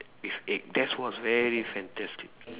with egg that's was very fantastic